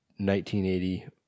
1980